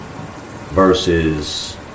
Versus